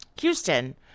Houston